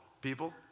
people